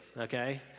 okay